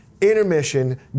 intermission